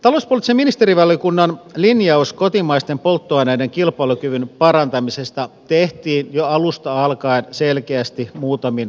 talouspoliittisen ministerivaliokunnan linjaus kotimaisten polttoaineiden kilpailukyvyn parantamisesta tehtiin jo alusta alkaen selkeästi muutamin reunaehdoin